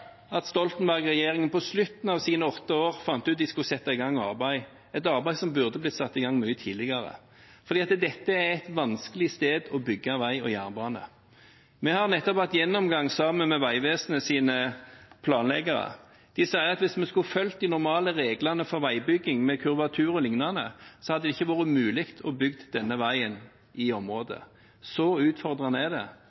at Stoltenberg-regjeringen på slutten av sine åtte år fant ut at de skulle sette i gang et arbeid, et arbeid som burde blitt satt i gang mye tidligere fordi dette er et vanskelig sted å bygge vei og jernbane. Vi har nettopp vært på en gjennomgang sammen med Vegvesenets planleggere. De sier at hvis vi skulle fulgt de normale reglene for veibygging med kurvatur og lignende, så hadde det ikke vært mulig å bygge denne veien i området.